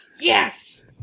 Yes